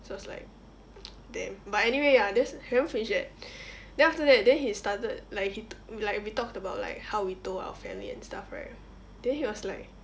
so I was like damn but anyway ya that's haven't finish yet then after that then he started like he like like we talked about like how we told our family and stuff right then he was like